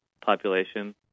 population